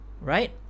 right